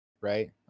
right